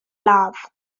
ladd